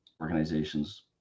organizations